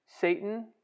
Satan